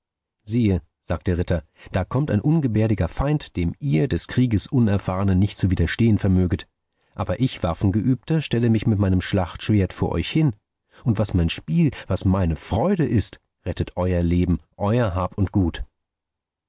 siehe sagt der ritter da kommt ein ungebärdiger feind dem ihr des krieges unerfahrne nicht zu widerstehen vermöget aber ich waffengeübter stelle mich mit meinem schlachtschwert vor euch hin und was mein spiel was meine freude ist rettet euer leben euer hab und gut